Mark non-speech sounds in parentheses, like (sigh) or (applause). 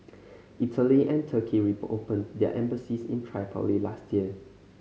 Italy and Turkey (unintelligible) their embassies in Tripoli last year